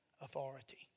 authority